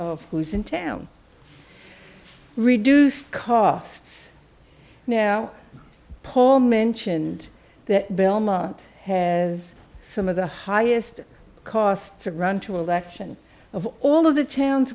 of who's in town reduced costs now paul mentioned that belmont has some of the highest costs of run to election of all of the towns